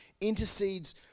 intercedes